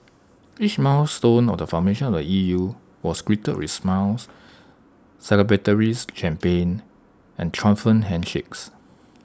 each milestone of formation of the E U was greeted with smiles celebratory champagne and triumphant handshakes